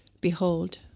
Behold